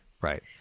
right